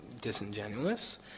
disingenuous